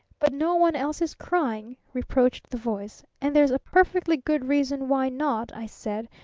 but no one else is crying reproached the voice and there's a perfectly good reason why not i said.